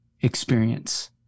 experience